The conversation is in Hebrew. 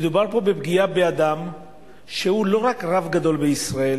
מדובר פה בפגיעה באדם שהוא לא רק רב גדול בישראל,